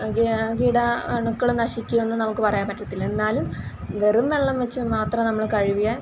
കി കീടാണുക്കൾ നശിക്കുമെന്ന് നമുക്ക് പറയാൻ പറ്റത്തില്ല എന്നാലും വെറും വെള്ളം വെച്ച് മാത്രം നമ്മൾ കഴുകിയാൽ